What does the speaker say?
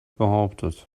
behauptet